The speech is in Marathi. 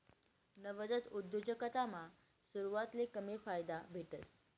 नवजात उद्योजकतामा सुरवातले कमी फायदा भेटस